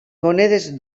monedes